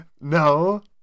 No